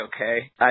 okay